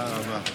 תודה רבה.